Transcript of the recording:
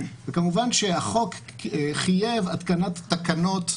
וכמובן שהחוק חייב התקנת תקנות,